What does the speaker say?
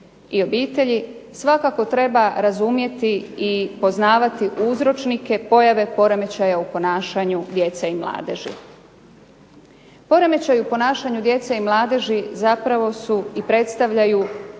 i obitelji svakako treba poznavati i razumjeti uzročnike pojave poremećaja u ponašanju djece i mladeži. Poremećaj u ponašanju djece i mladeži zapravo predstavljaju